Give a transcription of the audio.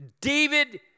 David